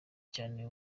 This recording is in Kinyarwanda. cyane